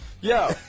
Yo